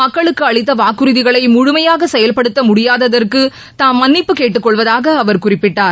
மக்களுக்கு அளித்த வாக்குறுதிகளை முழுமையாக செயல்படுத்த முடியாததற்கு தாம் மன்னிப்பு கேட்டுக் கொள்வதாக அவர் குறிப்பிட்டார்